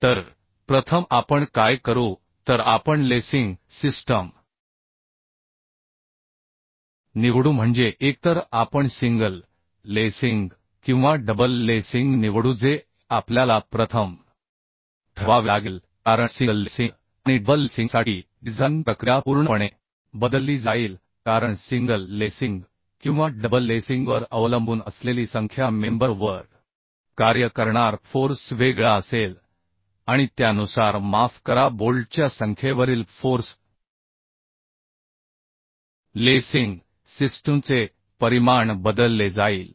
तर प्रथम आपण काय करू तर आपण लेसिंग सिस्टम निवडू म्हणजे एकतर आपण सिंगल लेसिंग किंवा डबल लेसिंग निवडू जे आपल्याला प्रथम ठरवावे लागेल कारण सिंगल लेसिंग आणि डबल लेसिंगसाठी डिझाइन प्रक्रिया पूर्णपणे बदलली जाईल कारण सिंगल लेसिंग किंवा डबल लेसिंगवर अवलंबून असलेली संख्या मेंबर वर कार्य करणार फोर्स वेगळा असेल आणि त्यानुसार माफ करा बोल्टच्या संख्येवरील फोर्स लेसिंग सिस्टमचे परिमाण बदलले जाईल